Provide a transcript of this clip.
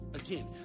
Again